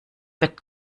wird